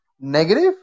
negative